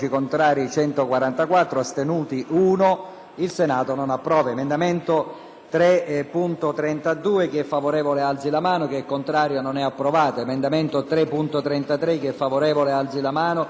**Il Senato non approva.**